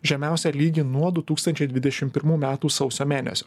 žemiausią lygį nuo du tūkstančiai dvidešim pirmų metų sausio mėnesio